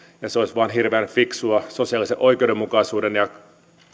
ja se olisi vain hirveän fiksua sosiaalisen oikeudenmukaisuuden ja